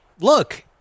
look